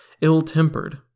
ill-tempered